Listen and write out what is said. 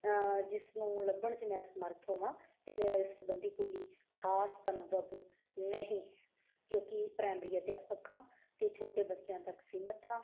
ਜਿਸ ਨੂੰ ਲੱਭਣ 'ਚ ਮੈਂ ਅਸਮਰਥ ਹੋਵਾਂ ਅਤੇ ਮੇਰਾ ਇਸ ਸੰਬੰਧੀ ਕੋਈ ਖਾਸ ਅਨੁਭਵ ਨਹੀਂ ਹੈ ਕਿਉਂਕਿ ਪ੍ਰਾਈਮਰੀ ਅਧਿਆਪਕ ਹਾਂ ਅਤੇ ਛੋਟੇ ਬੱਚਿਆਂ ਤੱਕ ਸੀਮਤ ਹਾਂ